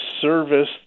service